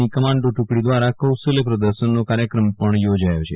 ની કમાન્ડો ટુકડી દ્રારા કૌશલ્ય પ્રદર્શનનો કાર્યક્રમ પણ યોજાયો છે